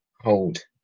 hold